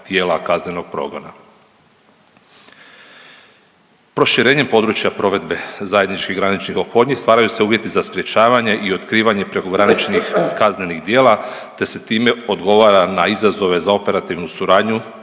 tijela kaznenog progona. Proširenjem područja provedbe zajedničkih graničnih ophodnji stvaraju se uvjeti za sprječavanje i otkrivanje prekograničnih kaznenih djela te se time odgovara na izazove za operativnu suradnju